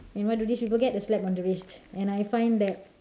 and what do these people get the slap on the wrists and I find that